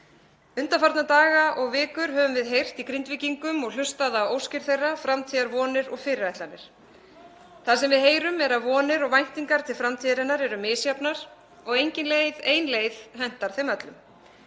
Undanfarna daga og vikur höfum við heyrt í Grindvíkingum og hlustað á óskir þeirra, framtíðarvonir og fyrirætlanir. Það sem við heyrum er að vonir og væntingar til framtíðarinnar eru misjafnar og engin ein leið hentar þeim öllum.